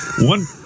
One